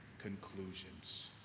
conclusions